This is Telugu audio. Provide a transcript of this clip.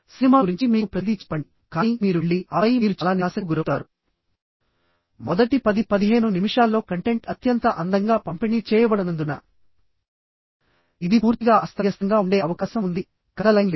సినిమా గురించి మీకు ప్రతిదీ చెప్పండి కానీ మీరు వెళ్లి ఆపై మీరు చాలా నిరాశకు గురవుతారు మొదటి 10 15 నిమిషాల్లో కంటెంట్ అత్యంత అందంగా పంపిణీ చేయబడనందున ఇది పూర్తిగా అస్తవ్యస్తంగా ఉండే అవకాశం ఉంది కథ లైన్ లేదు